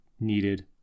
needed